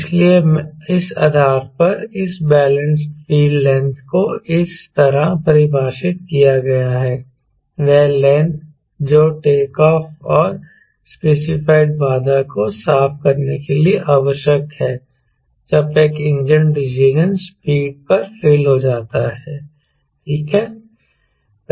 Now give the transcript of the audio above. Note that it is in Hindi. इसलिए इस आधार पर इस बैलेंसड फील्ड लेंथ को इस तरह परिभाषित किया गया है वह लेंथ जो टेक ऑफ और स्पेसिफाइड बाधा को साफ करने के लिए आवश्यक है जब एक इंजन डिसीजन स्पीड पर फेल हो जाता है ठीक है